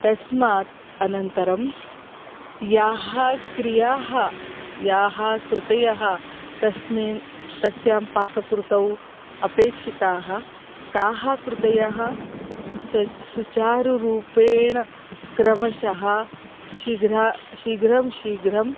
तस्मात् अनन्तरं याः क्रियाः याः कृतयः तस्मिन् तस्यां पाककृतौ अपेक्षिताः ताः कृतयः सच् सुचारुरूपेण क्रमशः शीघ्रं शीघ्रं शीघ्रं